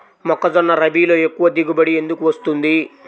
మొక్కజొన్న రబీలో ఎక్కువ దిగుబడి ఎందుకు వస్తుంది?